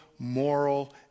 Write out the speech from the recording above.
Moral